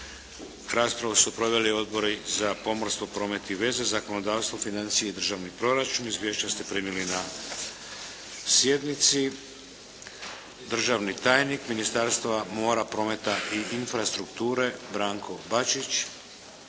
Raspravu su proveli Odbori za pomorstvo, promet i veze, Zakonodavstvo, financije i državni proračun. Izvješća ste primili na sjednici. Državni tajnik, Ministarstva mora, prometa i infrastrukture Branko Bačić